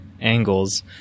angles